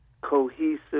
cohesive